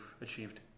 achieved